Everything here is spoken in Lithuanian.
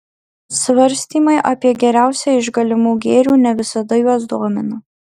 svarstymai apie geriausią iš galimų gėrių ne visada juos domina